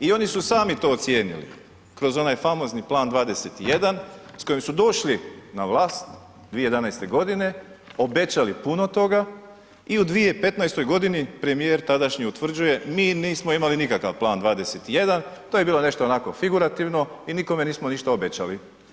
I oni su sami to ocijenili kroz onaj famozni Plan 21 s kojim su došli na vlast 2011., obećali puno toga i u 2015. godini premijer tadašnji utvrđuje, mi nismo imali nikakav Plan 21 to je bilo nešto onako figurativno i nikome nismo ništa obećali.